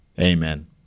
amen